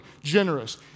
generous